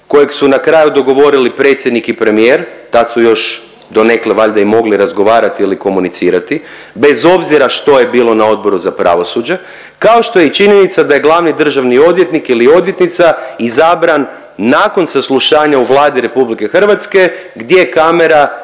kojeg su na kraju dogovorili predsjednik i premijer, tad su još donekle valjda i mogli razgovarati ili komunicirati bez obzira što je bilo na Odboru za pravosuđe, kao što je i činjenica da je glavni državni odvjetnik ili odvjetnica izabran nakon saslušanja u Vladi RH gdje kamera